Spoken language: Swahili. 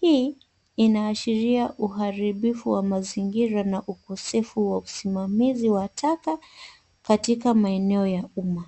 Hii inaashiria uharibifu wa mazingira na ukosefu wa usimamizi wa taka katika maeneo ya umma.